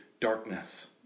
darkness